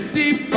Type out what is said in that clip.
deep